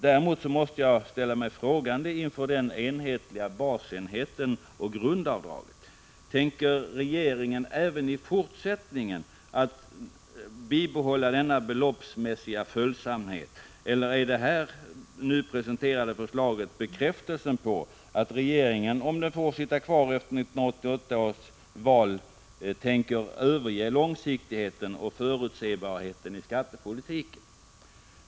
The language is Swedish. Däremot måste jag ställa mig frågande inför den enhetliga basenheten och grundavdraget. Tänker regeringen även i fortsättningen bibehålla denna beloppsmässiga följsamhet eller är det nu presenterade förslaget en bekräftelse på att regeringen, om regeringen får sitta kvar efter 1988 års val, tänker överge långsiktigheten och förutsebarheten i skattepolitiken?